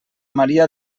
maria